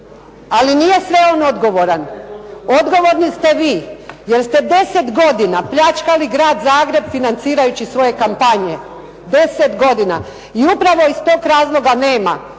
Ali nije sve ono odgovoran, odgovorni ste vi jer ste 10 godina pljačkali grad Zagreb, financirajući svoje kampanje, 10 godina. I upravo iz tog razloga nema,